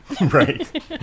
Right